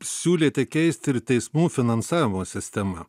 siūlėte keisti ir teismų finansavimo sistemą